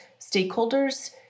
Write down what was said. stakeholders